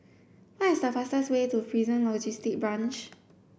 what is the fastest way to Prison Logistic Branch